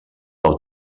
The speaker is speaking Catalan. del